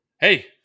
Hey